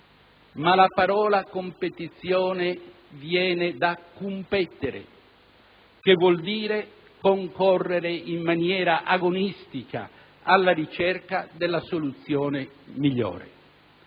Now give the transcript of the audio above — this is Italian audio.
Ma la parola competizione deriva da *cumpetere*, che vuol dire concorrere in maniera agonistica alla ricerca della soluzione migliore.